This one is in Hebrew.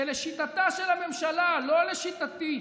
שלשיטתה של הממשלה, לא לשיטתי,